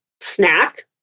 snack